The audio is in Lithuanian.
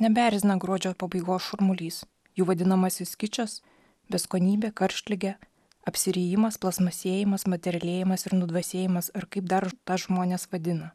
nebeerzina gruodžio pabaigos šurmulys jų vadinamasis kičas beskonybė karštligė apsirijimas plastmasėjimas materialėjimas ir nudvasėjimas ar kaip dar tą žmonės vadina